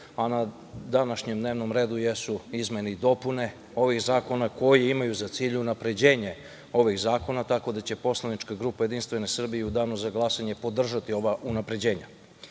a na današnjem dnevnom redu jesu izmene i dopune ovih zakona koji imaju za cilj unapređenje ovih zakona, tako da će poslanička grupa JS u danu za glasanje podržati ova unapređenja. Prikupljanje